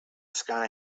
sky